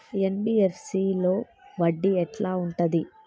NBFC లో వడ్డీ ఎట్లా ఉంటది?